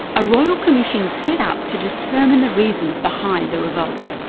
a royal commission set up to determine the reasons behind the revolt.